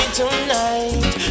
tonight